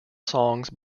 songs